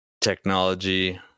technology